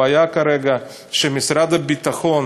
הבעיה כרגע היא שמשרד הביטחון